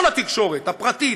כל התקשורת: הפרטית,